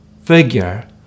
figure